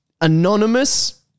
Anonymous